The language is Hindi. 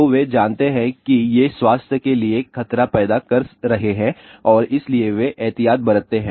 तो वे जानते हैं कि ये स्वास्थ्य के लिए खतरा पैदा कर रहे हैं और इसलिए वे एहतियात बरतते हैं